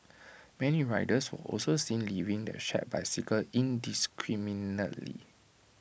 many riders were also seen leaving the shared bicycles indiscriminately